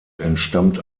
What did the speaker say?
entstammt